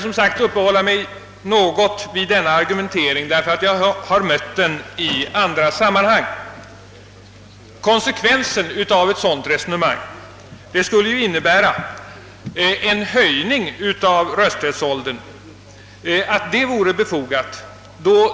Jag har mött detta argument också i andra sammanhang. Men en konsekvens av detta resonemang skulle väl vara att en höjning av rösträttsåldern vore befogad.